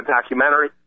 documentary